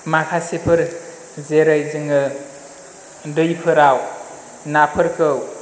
माखासेफोर जेरै जोङो दैफोराव नाफोरखौ